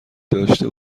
داشته